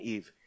Eve